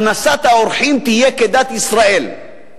הכנסת האורחים תהיה כדת ישראל.